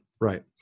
right